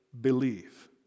believe